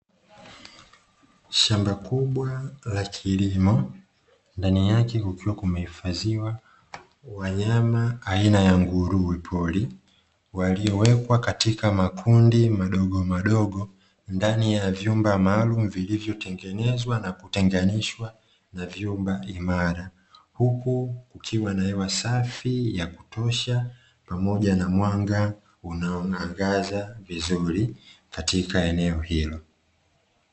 Shamba kubwa la kilimo ndani yake kukiwa kumehifadhiwa wanyama aina ya nguruwepori, waliowekwa katika makundi madogomadogo ndani ya vyumba maalumu vilivyotengenezwa na kutenganishwa na vyuma imara. Huku kukiwa na hewa safi ya kutosha pamoja na mwanga unaonangaza vizuri katika eneo hilo